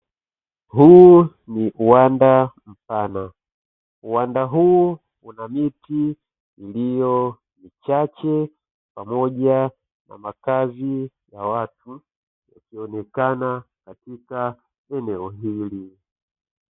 Huu ni uwamba mpana uwamba huu una miti iliyo michache pamoja na makazi ya watu yakionekana katika eneo hili .